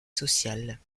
sociales